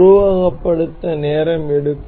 உருவகப்படுத்த நேரம் எடுக்கும்